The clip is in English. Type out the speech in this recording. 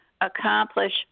accomplish